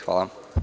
Hvala.